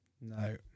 No